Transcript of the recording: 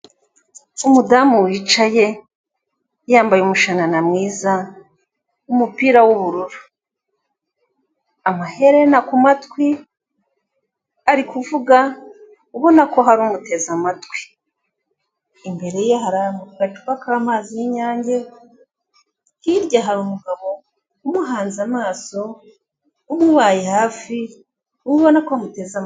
Umudamu wicaye yambaye umushanana mwiza, umupira w'ubururu, amaherena ku matwi, ari kuvuga ubona ko hari umuteze amatwi, imbere ye hari agacupa k'amazi y'inyange, hirya hari umugabo umuhanze amaso, umubaye hafi, ubona ko amuteze